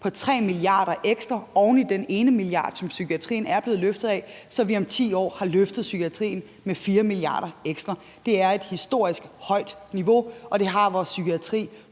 på 3 mia. kr. oven i den ene milliard kroner, som psykiatrien er blevet løftet med, så vi om 10 år har løftet psykiatrien med 4 mia. kr. ekstra. Det er et historisk højt niveau, og det har vores psykiatri